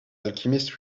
alchemist